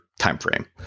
timeframe